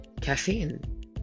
caffeine